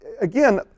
Again